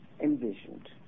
envisioned